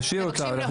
להשאיר אותם.